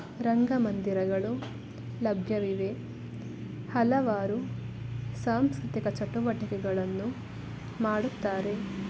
ರಂಗಮಂದಿರಗಳು ಲಭ್ಯವಿದೆ ಹಲವಾರು ಸಾಂಸ್ಕೃತಿಕ ಚಟವಟಿಕೆಗಳನ್ನು ಮಾಡುತ್ತಾರೆ